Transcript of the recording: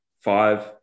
five